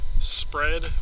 spread